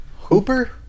Hooper